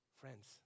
Friends